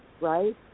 right